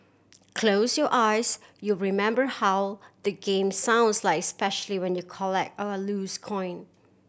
close your eyes you'll remember how the game sounds like especially when you collect or lose coin